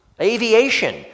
aviation